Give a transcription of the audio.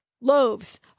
loaves